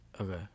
Okay